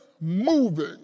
moving